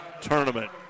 Tournament